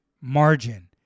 margin